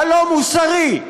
הלא-מוסרי,